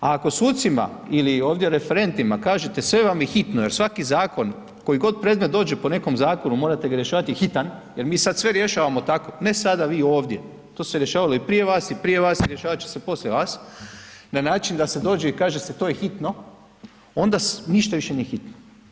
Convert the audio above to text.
A ako sucima ili ovdje referentima kažete sve vam je hitno jer svaki zakon koji god predmet dođe po nekom zakonu, morate ga rješavati hitan jer mi sad sve rješavamo tako, ne sada vi ovdje, to se rješavalo i prije i vas, i prije vas i rješavat će se i poslije vas, na način da se dođe i kaže se to je hitno, onda ništa više nije hitno.